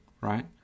right